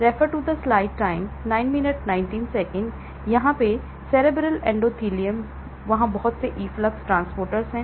cerebral endothelium वहाँ बहुत से efflux ट्रांसपोर्टर हैं